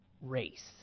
race